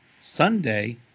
Sunday